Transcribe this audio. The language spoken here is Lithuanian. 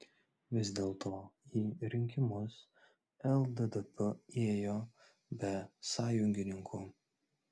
vis dėlto į rinkimus lddp ėjo be sąjungininkų